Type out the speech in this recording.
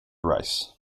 rice